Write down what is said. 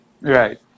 right